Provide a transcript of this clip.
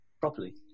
properly